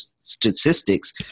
statistics